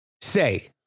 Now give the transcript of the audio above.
say